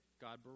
God